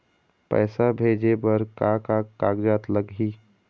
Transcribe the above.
पैसा भेजे बर का का कागज लगही?